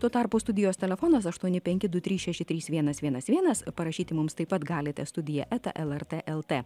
tuo tarpu studijos telefonas aštuoni penki du trys šeši trys vienas vienas vienas parašyti mums taip pat galite studija eta lrt lt